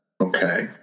Okay